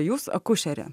jūs akušerė